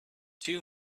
two